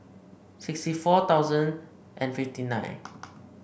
sixty four thousand and fifty nine